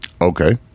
Okay